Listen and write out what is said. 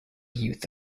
youth